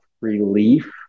relief